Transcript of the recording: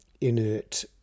inert